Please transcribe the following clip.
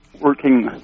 working